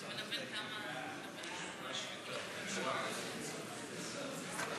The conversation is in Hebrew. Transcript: של קבוצת סיעת הרשימה המשותפת וקבוצת סיעת מרצ לסעיף 9 לא נתקבלה.